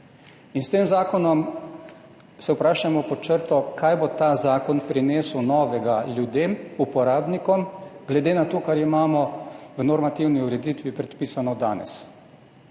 In s tem zakonom se pod črto vprašamo, kaj bo ta zakon prinesel novega ljudem, uporabnikom, glede na to, kar imamo v normativni ureditvi predpisano danes.